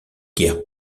guerres